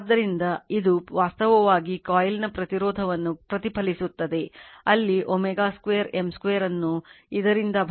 ಆದ್ದರಿಂದ ಇದು ವಾಸ್ತವವಾಗಿ ಕಾಯಿಲ್ನ ಪ್ರತಿರೋಧವನ್ನು ಪ್ರತಿಫಲಿಸುತ್ತದೆ ಅಲ್ಲಿ ω2 M2 ಅನ್ನು ಇದರಿಂದ ಭಾಗಿಸಿ ಇದು ಸಮೀಕರಣ 18 ಆಗಿದೆ